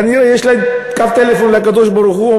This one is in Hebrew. כנראה יש להם קו טלפון לקדוש-ברוך-הוא,